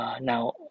Now